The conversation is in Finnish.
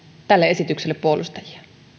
tälle esitykselle puolustajia